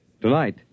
Tonight